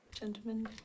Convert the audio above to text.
Gentlemen